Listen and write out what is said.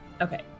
Okay